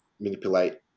manipulate